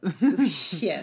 Yes